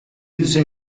user